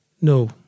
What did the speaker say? no